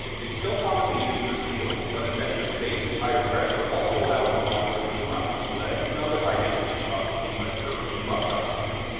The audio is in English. it's still commonly used for steel, but its extra space and higher pressure also allow it to launch more than two ounces of lead and other high-density shot for things like turkey and buckshot hunting.